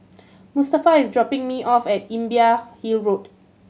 Mustafa is dropping me off at Imbiah Hill Road